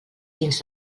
dins